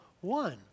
one